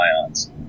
ions